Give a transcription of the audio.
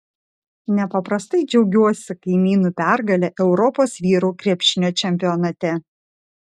nepaprastai džiaugiuosi kaimynų pergale europos vyrų krepšinio čempionate